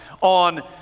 on